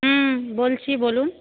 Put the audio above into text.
হুম বলছি বলুন